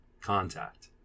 contact